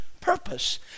purpose